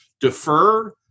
defer